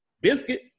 Biscuit